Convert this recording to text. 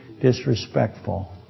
disrespectful